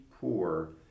poor